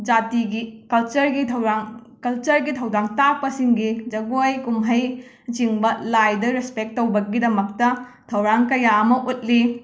ꯖꯥꯇꯤꯒꯤ ꯀꯜꯆꯔꯒꯤ ꯊꯧꯔꯥꯡ ꯀꯜꯆꯔꯒꯤ ꯊꯧꯗꯥꯡ ꯇꯥꯛꯄꯁꯤꯡꯒꯤ ꯖꯒꯣꯏ ꯀꯨꯝꯍꯩꯅꯆꯤꯡꯕ ꯂꯥꯏꯗ ꯔꯦꯁꯄꯦꯛ ꯇꯧꯕꯒꯤꯗꯃꯛꯇ ꯊꯧꯔꯥꯡ ꯀꯌꯥ ꯑꯃ ꯎꯠꯂꯤ